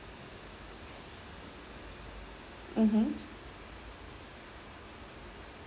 mmhmm